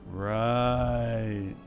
Right